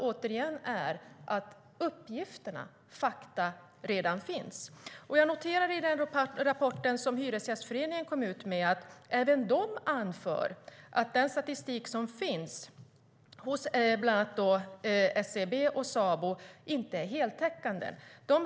Uppgifter och fakta finns redan. I den rapport som Hyresgästföreningen gav ut anför man också att den statistik som finns hos bland annat SCB och Sabo inte är heltäckande.